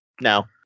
No